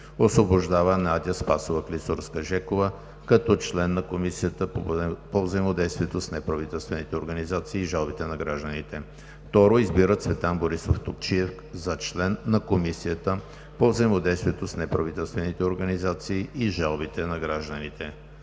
Освобождава Надя Спасова Клисурска-Жекова като член на Комисията по взаимодействието с неправителствените организации и жалбите на гражданите. 2. Избира Цветан Борисов Топчиев за член на Комисията по взаимодействието с неправителствените организации и жалбите на гражданите.“